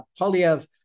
Polyev